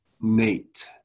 Nate